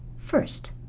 first,